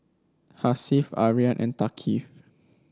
Hasif Aryan and Thaqif